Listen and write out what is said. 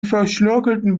verschnörkelten